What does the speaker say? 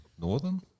Northern